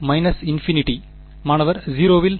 −∞ மாணவர் 0 வில்